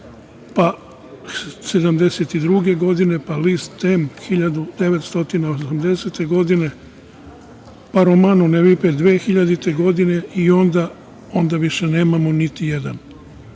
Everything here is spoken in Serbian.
pa 1972. godine, pa list „Em“ 1980. godine, pa, „Romano nevipe“ 2000. godine i onda više nemamo nijedan. Moje